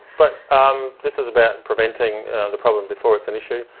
but um this is about preventing the problem before it's an issue.